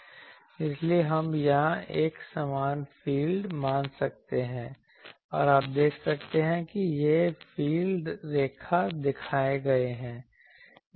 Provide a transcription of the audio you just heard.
इसलिए हम यहां एक समान फील्ड मान सकते हैं और आप देख सकते हैं कि ये फील्ड रेखा दिखाए गए हैं